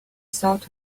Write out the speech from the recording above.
sort